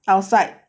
outside